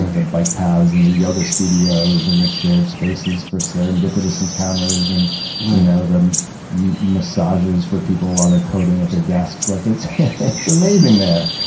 the bike paths, and the yoga studios, and this shared spaces for serendipitous encounters, and you know the massages for people while they're coding at their desks. like it's it's amazing there.